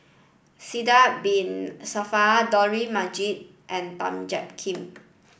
Sidek Bin Saniff Dollah Majid and Tan Jiak Kim